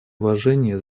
уважения